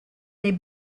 they